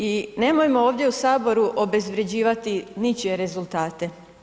I nemojmo ovdje u saboru obezvrjeđivati ničije rezultate.